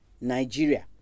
Nigeria